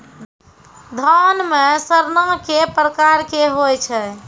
धान म सड़ना कै प्रकार के होय छै?